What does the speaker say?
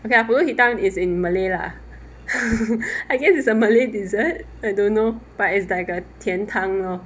okay pulut hitam is in malay lah I guess is a malay dessert I don't know but it's like a 甜汤 lor